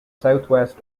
southwest